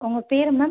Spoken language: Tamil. உங்கள் பேர் மேம்